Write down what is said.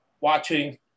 watching